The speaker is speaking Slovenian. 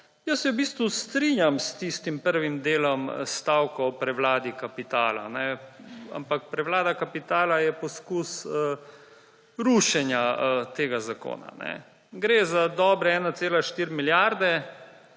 Jaz se v bistvu strinjam s tistim prvim delom stavka o prevladi kapitala. Ampak prevlada kapitala je poskus rušenja tega zakona. Gre za dobre 1,4 milijarde